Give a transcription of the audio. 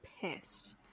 Pissed